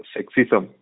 Sexism